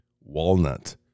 Walnut